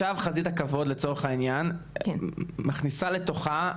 לדוגמה עכשיו חזית הכבוד מכניסה לתוכה,